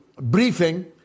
briefing